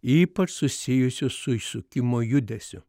ypač susijusius su išsukimo judesiu